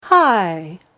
Hi